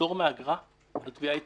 פטור מאגרה על תביעה ייצוגית.